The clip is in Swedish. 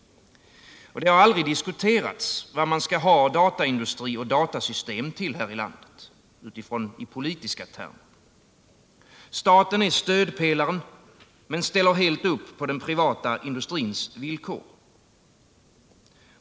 Det har aldrig i politiska termer diskuterats vad man skall ha dataindustri och datasystem till här i landet. Staten är stödpelaren, men ställer helt upp på den privata industrins villkor.